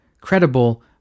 credible